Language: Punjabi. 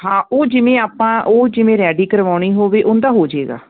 ਹਾਂ ਉਹ ਜਿਵੇਂ ਆਪਾਂ ਉਹ ਜਿਵੇਂ ਰੈਡੀ ਕਰਵਾਉਣੀ ਹੋਵੇ ਉਨਦਾ ਹੋਜੇਗਾ